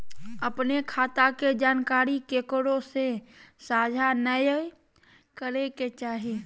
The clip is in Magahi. अपने खता के जानकारी केकरो से साझा नयय करे के चाही